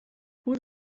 who